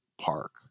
park